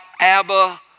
Abba